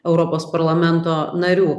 europos parlamento narių